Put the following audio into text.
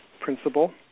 principal